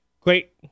great